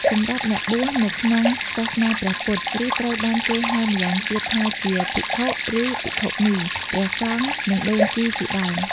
សម្រាប់់អ្នកបួសនៅក្នុងសាសនាព្រះពុទ្ធ ឬត្រូវបានគេហៅម៉្យាងទៀតថាជា ភិក្ខុឬភិក្ខុនី ព្រះសង្ឃ និងដូនជីជាដើម។